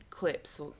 clips